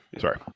Sorry